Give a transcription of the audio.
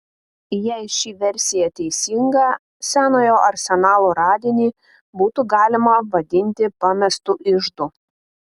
jei ši versija teisinga senojo arsenalo radinį būtų galima vadinti pamestu iždu